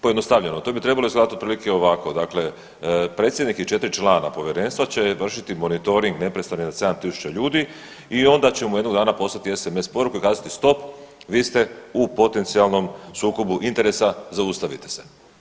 Pojednostavljeno, to bi trebalo izgledati otprilike ovako dakle, predsjednik i 4 člana povjerenstva će vršiti moritoring neprestano nad 7000 ljudi i onda ćemo jednoga dana poslati sms poruku i kazati, stop, vi ste u potencijalnom sukobu interesa, zaustavite se.